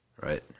right